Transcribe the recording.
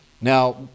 Now